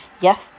Yes